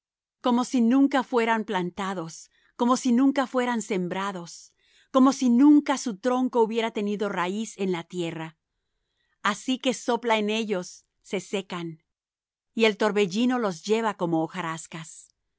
como si nunca fueran plantados como si nunca fueran sembrados como si nunca su tronco hubiera tenido raíz en la tierra así que sopla en ellos se secan y el torbellino los lleva como hojarascas